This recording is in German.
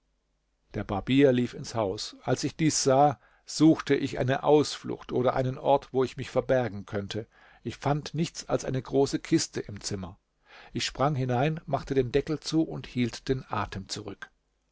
der barbier lief ins haus als ich dies sah suchte ich eine ausflucht oder einen ort wo ich mich verbergen könnte ich fand nichts als eine große kiste im zimmer ich sprang hinein machte den deckel zu und hielt den atem zurück